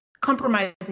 compromising